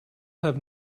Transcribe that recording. have